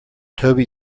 toby